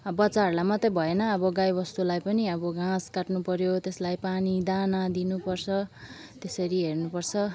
बच्चाहरूलाई मात्रै भएन अब गाई बस्तुलाई पनि अब घाँस काट्नु पऱ्यो त्यसलाई पानी दाना दिनुपर्छ त्यसरी हेर्नु पर्छ